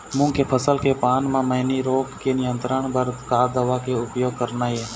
मूंग के फसल के पान म मैनी रोग के नियंत्रण बर का दवा के उपयोग करना ये?